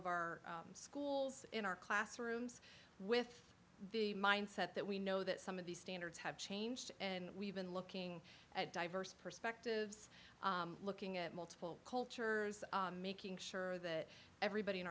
of our schools in our classrooms with the mindset that we know that some of these standards have changed and we've been looking at diverse perspectives looking at multiple cultures making sure that everybody in